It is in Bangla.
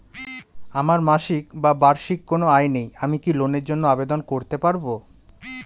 আমার মাসিক বা বার্ষিক কোন আয় নেই আমি কি লোনের জন্য আবেদন করতে পারব?